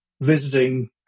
visiting